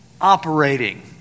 operating